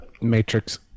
Matrix